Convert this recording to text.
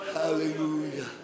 hallelujah